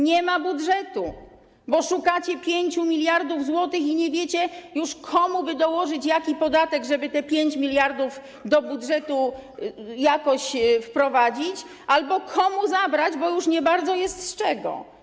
Nie ma budżetu, bo szukacie 5 mld zł i nie wiecie już, komu by dołożyć jaki podatek, żeby te 5 mld do budżetu jakoś wprowadzić, albo komu zabrać, bo już nie bardzo jest z czego.